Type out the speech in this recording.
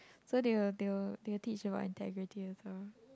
so they will they will they will teach about integrity also